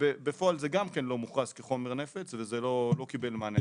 בפועל זה גם כן לא מוכרז כחומר נפץ וזה לא קיבל מענה.